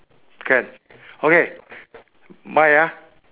can okay mine ah